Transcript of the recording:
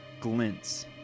glints